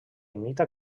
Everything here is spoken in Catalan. imita